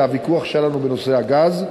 זה הוויכוח שהיה לנו בנושא הגז,